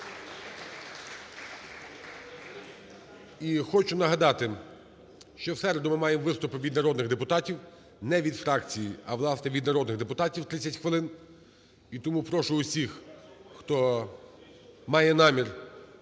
І хочу нагадати, що у середу ми маємо виступи від народних депутатів, не від фракцій, а, власне, від народних депутатів, 30 хвилин. І тому прошу всіх, хто має намір